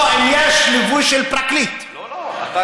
לא, גם